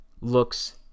looks